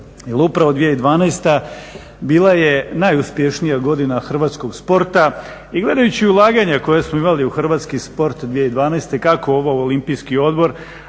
upravo 2012. bila je najuspješnija godina hrvatskog sporta. Gledajući ulaganja koja smo imali u hrvatski sport 2012. kako Olimpijski odbor